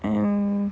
and